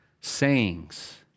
sayings